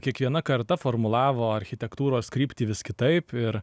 kiekviena karta formulavo architektūros kryptį vis kitaip ir